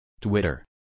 Twitter